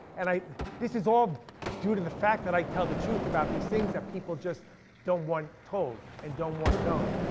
and this is all due to the fact that i tell the truth about these things that people just don't want told, and don't want known.